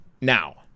Now